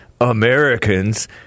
Americans